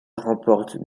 remporte